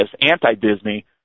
anti-Disney